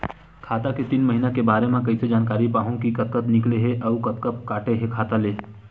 खाता के तीन महिना के बारे मा कइसे जानकारी पाहूं कि कतका निकले हे अउ कतका काटे हे खाता ले?